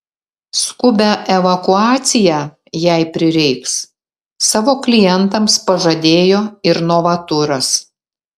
skubią evakuaciją jei prireiks savo klientams pažadėjo ir novaturas